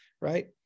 right